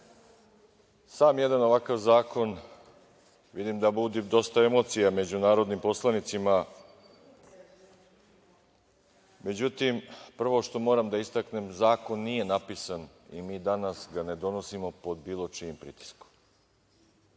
sam jedan ovakav zakon, vidim da budi dosta emocija među narodnim poslanicima. Međutim, prvo što moram da istaknem, zakon nije napisan i mi danas ga ne donosimo pod bilo čijim pritiskom.